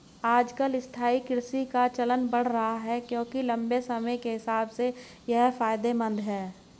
आजकल स्थायी कृषि का चलन बढ़ रहा है क्योंकि लम्बे समय के हिसाब से ये फायदेमंद है